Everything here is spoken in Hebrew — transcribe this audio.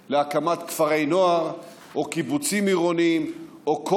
להקמת כפרי נוער או קיבוצים עירוניים או כל